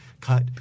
cut